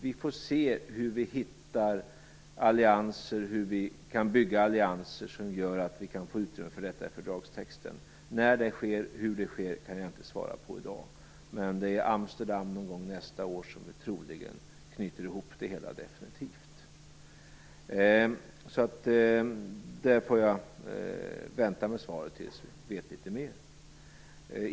Vi får se hur vi kan bygga allianser som gör att vi kan få utrymme för detta i fördragstexten. När och hur det sker kan jag inte svara på i dag, men det är i Amsterdam, någon gång nästa år, som vi troligen knyter ihop det hela definitivt. Jag får vänta med svaret tills vi vet litet mer.